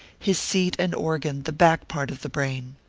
his seat and organ the back part of the brain.